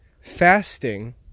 fasting